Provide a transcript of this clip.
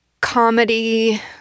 comedy